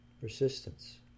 persistence